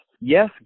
Yes